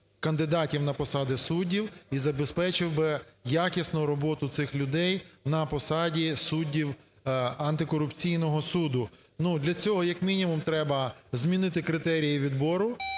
кандидатів на посади суддів і забезпечив би якісну роботу цих людей на посаді суддів антикорупційного суду. Ну, для цього як мінімум треба змінити критерії відбору,